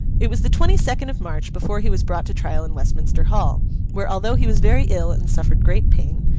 it was the twenty-second of march before he was brought to trial in westminster hall where, although he was very ill and suffered great pain,